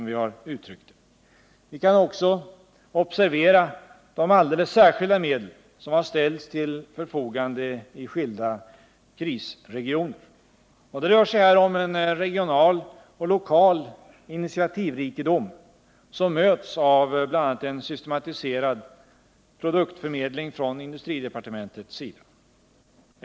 Vi kan också observera de alldeles särskilda medel som har ställts till förfogande i skilda ”krisregioner”. Det rör sig här om en regional och lokal initiativrikedom som möts av bl.a. en systematiserad produktförmedling från industridepartementets sida.